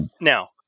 now